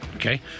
Okay